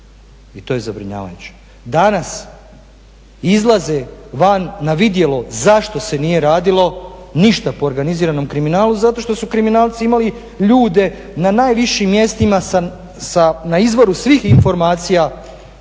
i to je zabrinjavajuće. Danas izlaze van na vidjelo zašto se nije radilo ništa po organiziranom kriminalu zato što su kriminalci imali ljude na najvišim mjestima na izvoru svih informacija